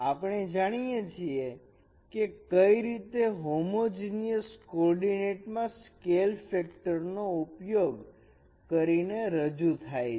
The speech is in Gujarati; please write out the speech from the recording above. આપણે જાણીએ છીએ કે કઈ રીતે હોમોજીનીયસ કોર્ડીનેટ માં સ્કેલ ફેક્ટર નો ઉપયોગ કરીને રજૂ થાય છે